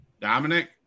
Dominic